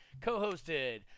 co-hosted